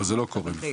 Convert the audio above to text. אבל זה לא קורה בפועל.